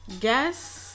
Guess